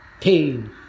pain